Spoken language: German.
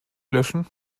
löschen